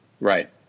Right